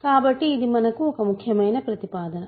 కాబట్టి ఇది మనకు ఒక ముఖ్యమైన ప్రతిపాదన